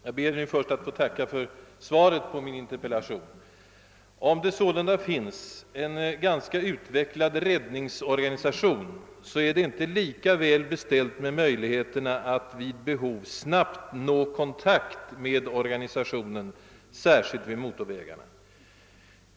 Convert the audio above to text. Jag ber nu att få tacka för svaret på min interpellation. Om det sålunda finns en ganska ut vecklad räddningsorganisation, är det inte lika väl beställt med möjligheterna att vid behov snabbt få kontakt med organisationen, särskilt inte vid motorvägarna.